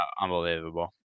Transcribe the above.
unbelievable